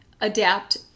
adapt